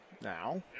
Now